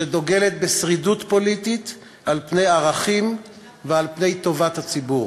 שדוגלת בשרידות פוליטית על-פני ערכים ועל-פני טובת הציבור.